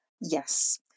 Yes